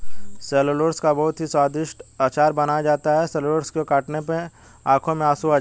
shallots का बहुत ही स्वादिष्ट अचार बनाया जाता है शैलोट्स को काटने पर आंखों में आंसू आते हैं